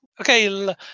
Okay